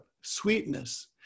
sweetness